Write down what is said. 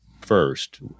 first